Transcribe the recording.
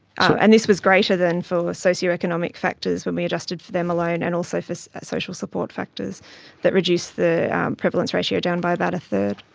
and this was greater than for socio-economic factors when we adjusted for them alone and also for social support factors that reduce the prevalence ratio down by about a third.